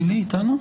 איתנו?